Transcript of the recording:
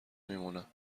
میمونم